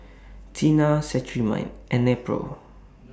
Tena Cetrimide and Nepro